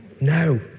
No